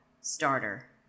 starter